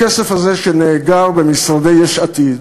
הכסף הזה שנאגר במשרדי יש עתיד